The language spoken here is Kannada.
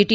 ಟಿ